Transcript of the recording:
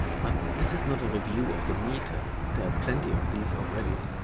but this is not a review of the meter, there are plenty of these already.